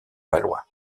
valois